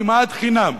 כמעט חינם.